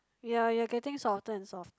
ya you're getting softer and softer